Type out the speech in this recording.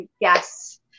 Yes